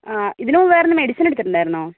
ആ ഇതിന് വേറെ മെഡിസിൻ എടുത്തിട്ടുണ്ടായിരുന്നോ